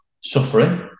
suffering